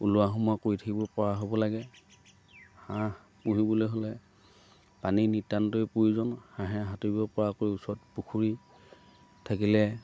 ওলোৱা সোমোৱা কৰি থাকিব পৰা হ'ব লাগে হাঁহ পুহিবলৈ হ'লে পানী নিত্যান্তই প্ৰয়োজন হাঁহে সাঁতোৰিব পৰাকৈ ওচৰত পুখুৰী থাকিলে